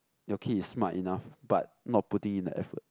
your kid is smart enough but not putting in the effort